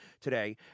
today